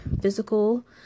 physical